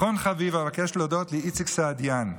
אחרון חביב, אבקש להודות לאיציק סעידיאן,